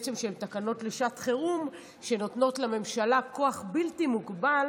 שהן בעצם תקנות לשעת חירום שנותנות לממשלה כוח בלתי מוגבל